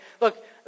look